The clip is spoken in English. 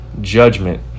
judgment